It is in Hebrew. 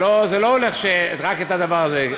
זה לא הולך, רק הדבר הזה.